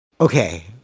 okay